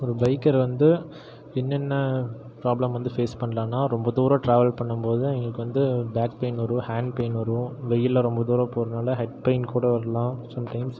ஒரு பைக்கர் வந்து என்னென்ன ப்ராப்ளம் வந்து ஃபேஸ் பண்ணலாம்னா ரொம்ப தூரம் டிராவல் பண்ணும் போது தான் எங்களுக்கு வந்து பேக் பெயின் வரும் ஹாண்ட் பெயின் வரும் வெயிலில் ரொம்ப தூரம் போகறதுனால ஹெட் பெயின் கூட வரலாம் சம் டைம்ஸ்